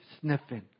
sniffing